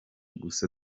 gusa